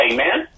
Amen